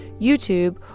YouTube